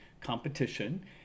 competition